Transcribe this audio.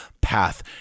path